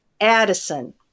Addison